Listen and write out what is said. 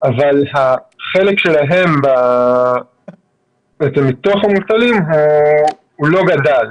אבל החלק שלהם מתוך המובטלים לא גדל.